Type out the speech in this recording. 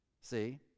see